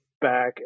back